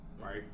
right